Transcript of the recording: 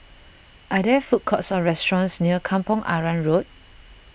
are there food courts or restaurants near Kampong Arang Road